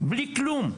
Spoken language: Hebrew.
בלי כלום,